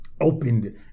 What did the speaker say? opened